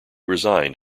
resigned